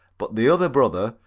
but the other brother,